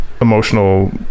emotional